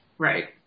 Right